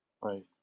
Right